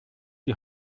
die